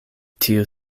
tiu